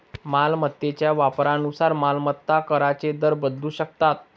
मालमत्तेच्या वापरानुसार मालमत्ता कराचे दर बदलू शकतात